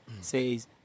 says